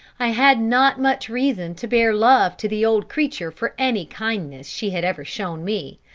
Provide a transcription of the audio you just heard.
i had not much reason to bear love to the old creature for any kindness she had ever shown me,